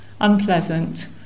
unpleasant